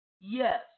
yes